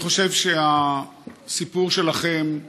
אני חושב שהסיפור שלכם,